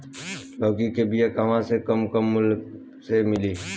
लौकी के बिया कहवा से कम से कम मूल्य मे मिली?